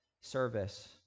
service